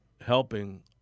helping